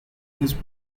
his